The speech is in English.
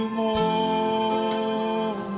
more